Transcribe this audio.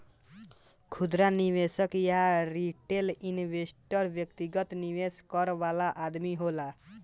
खुदरा निवेशक या रिटेल इन्वेस्टर व्यक्तिगत निवेश करे वाला आदमी होला